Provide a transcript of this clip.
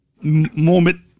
moment